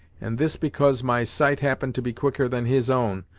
and this because my sight happened to be quicker than his own,